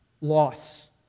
loss